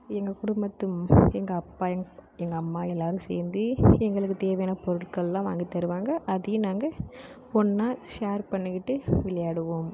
எங்கள் குடும்பத்து எங்கள் அப்பா எங்கள் அம்மா எல்லாேரும் சேர்ந்து எங்களுக்கு தேவையான பொருட்களெலாம் வாங்கி தருவாங்க அதையும் நாங்கள் ஒன்றா ஷேர் பண்ணிக்கிட்டு விளையாடுவோம்